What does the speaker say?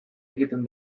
egiten